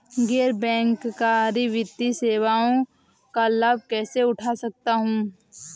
गैर बैंककारी वित्तीय सेवाओं का लाभ कैसे उठा सकता हूँ?